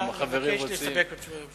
אתה מבקש להסתפק בתשובת השר.